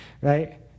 Right